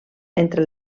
entre